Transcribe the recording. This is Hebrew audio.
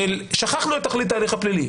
של שכחנו את תכלית ההליך הפלילי.